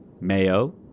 Mayo